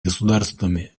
государствами